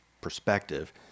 perspective